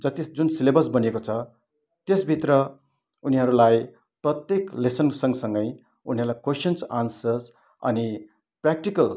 जति जुन सिलेबस बनेको छ त्यसभित्र उनीहरूलाई प्रत्येक लेसनसँगसँगै उनीहरलाई क्वेसन्स आन्सर्स अनि प्र्याक्टिकल